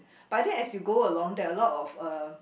but then as you go along there are a lot of uh